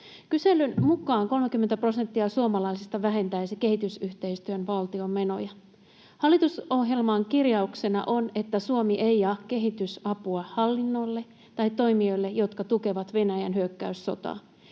Kyselyn mukaan 30 prosenttia suomalaisista vähentäisi kehitysyhteistyön valtionmenoja. Hallitusohjelman kirjauksena on, että Suomi ei jaa kehitysapua hallinnoille tai toimijoille, jotka tukevat Venäjän hyökkäyssotaa.